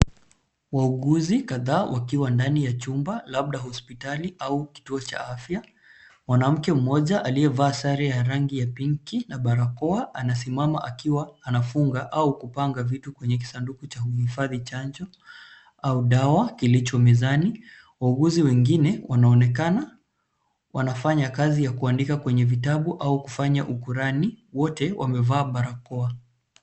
Wauguzi kadhaa wakiwa ndani ya chumba, labda hospitali au kituo cha afya. Mwanamke mmoja aliyevaa sare ya rangi ya pinki na barakoa anasimama akiwa anafunga au kupanga vitu kwenye kisanduku cha uhifadhi chanjo au dawa kilicho mezani. Wauguzi wengine wanaonekana wanafanya kazi ya kuandika kwenye vitabu au kufanya ukurani , wote wamevaa barakoa.